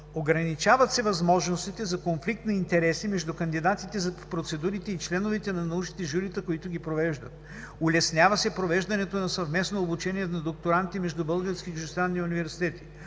Ограничават се възможностите за конфликт на интереси между кандидатите в процедурите и членовете на научните журита, които ги провеждат. Улеснява се провеждането на съвместно обучение на докторанти между български и чуждестранни университети.